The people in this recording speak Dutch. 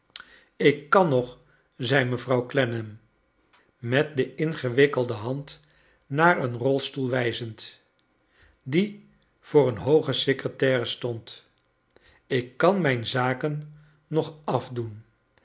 ik kan nog zei mevrouw clennam met de ingewikkelde hand naar een rolstoel wijzend die voor een hooge secretaire stond ik kan mijn zaken nog afdoen